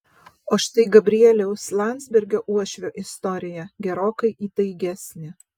o štai gabrieliaus landsbergio uošvio istorija gerokai įtaigesnė